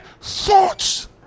thoughts